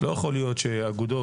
לא יכול להיות שאגודות